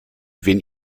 wen